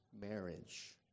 marriage